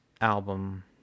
album